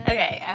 Okay